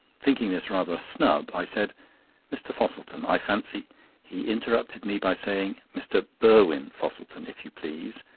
thinking this rather a snub, i said mr. fosselton, i fancy he interrupted me by saying mr. burwin fosselton, if you please,